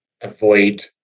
avoid